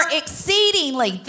exceedingly